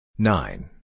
Nine